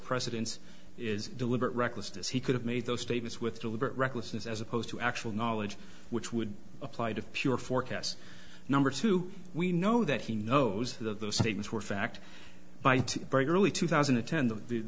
precedents is deliberate recklessness he could have made those statements with deliberate recklessness as opposed to actual knowledge which would apply to pure forecasts number two we know that he knows that those statements were fact by to break early two thousand and ten the